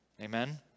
Amen